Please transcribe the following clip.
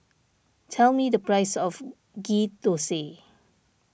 tell me the price of Ghee Thosai